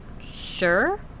sure